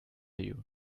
you